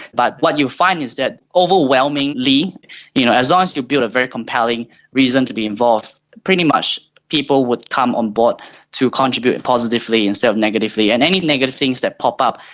but what you'll find is that overwhelmingly you know as long ah as you build a very compelling reason to be involved, pretty much people would come on board to contribute positively instead of negatively. and any negative things that pop up,